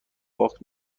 باخت